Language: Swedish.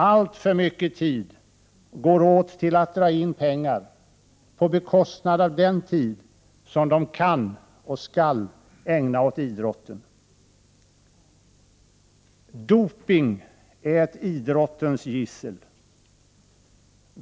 Alltför mycket tid går åt till att dra in pengar på bekostnad av den tid som de kan och skall ägna åt idrotten. Doping är ett idrottens gissel.